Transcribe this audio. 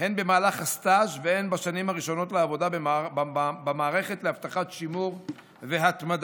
הן במהלך הסטאז' והן בשנים הראשונות לעבודה במערכת להבטחת שימור והתמדה.